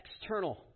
external